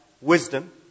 wisdom